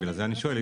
בגלל זה אני שואל.